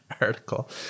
article